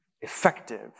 effective